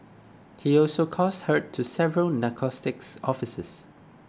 he also caused hurt to several narcotics officers